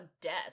death